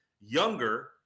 younger